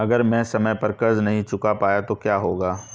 अगर मैं समय पर कर्ज़ नहीं चुका पाया तो क्या होगा?